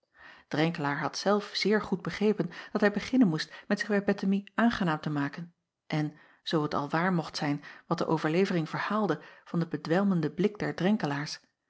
renkelaer had zelf zeer goed begrepen dat hij beginnen moest met zich bij ettemie aangenaam te maken en zoo het al waar mocht zijn wat de overlevering verhaalde van den bedwelmenden blik der